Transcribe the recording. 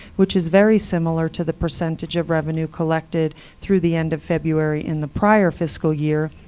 which is very similar to the percentage of revenue collected through the end of february in the prior fiscal year,